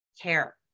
care